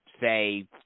say